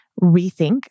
rethink